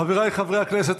חבריי חברי הכנסת,